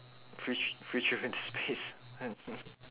fre~ tri~ free trip into space